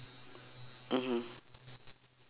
mmhmm